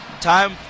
Time